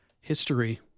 History